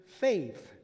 faith